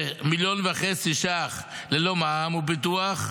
כ-1.5 מיליו ש"ח ללא מע"מ ופיתוח,